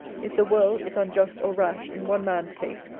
if the world is unjust or rash, in one man's case,